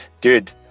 Dude